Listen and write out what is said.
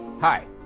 Hi